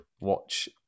watch